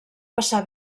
passar